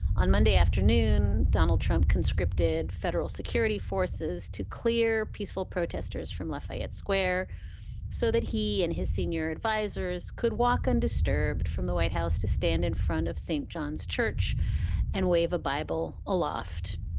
on monday afternoon, donald trump conscripted federal security forces to clear peaceful protesters from lafayette square so that he and his senior advisers could walk undisturbed from the white house to stand in front of st. john's church and wave a bible aloft.